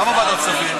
למה ועדת הכספים?